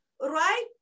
right